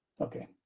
Okay